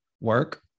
work